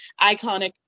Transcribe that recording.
iconic